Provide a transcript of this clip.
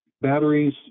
Batteries